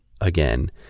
again